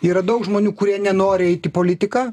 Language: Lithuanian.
yra daug žmonių kurie nenori eit į politiką